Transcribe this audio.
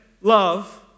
love